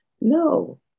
no